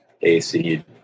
AC